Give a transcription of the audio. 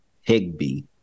Higby